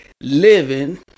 living